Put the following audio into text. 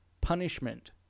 punishment